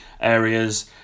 areas